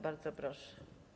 Bardzo proszę.